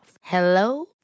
Hello